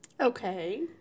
Okay